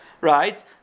Right